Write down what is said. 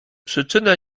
przyczyna